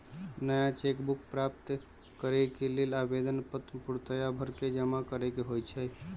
नया cheque book प्राप्त करेके लेल आवेदन पत्र पूर्णतया भरके जमा करेके होइ छइ